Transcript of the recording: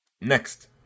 Next